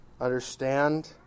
understand